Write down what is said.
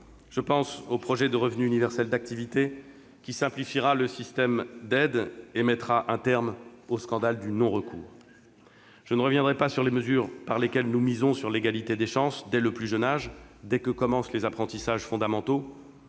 je pense au projet de revenu universel d'activité, qui simplifiera le système d'aides et mettra un terme au scandale du non-recours. Je ne reviendrai pas sur les mesures par lesquelles nous misons sur l'égalité des chances dès le plus jeune âge, dès que commencent les apprentissages fondamentaux.